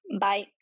Bye